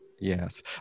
yes